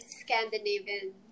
scandinavian